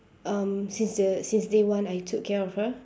um since uh since day one I took care of her